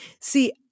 See